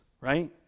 right